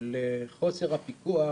לחוסר הפיקוח